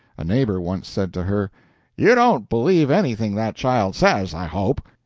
a neighbor once said to her you don't believe anything that child says, i hope.